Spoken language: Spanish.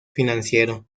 financiero